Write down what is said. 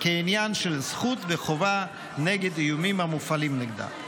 כעניין של זכות וחובה נגד איומים המופעלים נגדה.